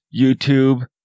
YouTube